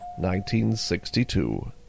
1962